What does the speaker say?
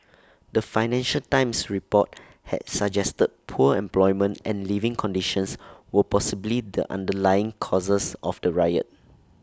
the financial times report had suggested poor employment and living conditions were possibly the underlying causes of the riot